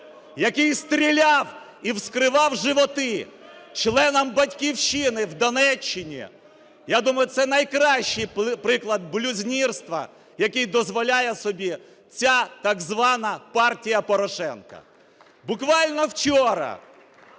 який стріляв і вскривав животи членам "Батьківщини" в Донеччині, я думаю, це найкращий приклад блюзнірства, який дозволяє собі ця так звана партія Порошенка. Буквально вчора